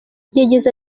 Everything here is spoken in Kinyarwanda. yagize